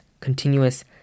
continuous